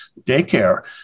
daycare